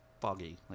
foggy